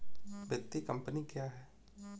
वित्तीय कम्पनी क्या है?